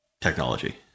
technology